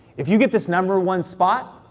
if you get this number one spot,